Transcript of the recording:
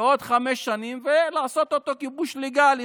בעוד חמש שנים ולעשות אותו כיבוש לגלי,